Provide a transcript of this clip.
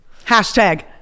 hashtag